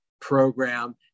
program